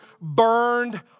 burned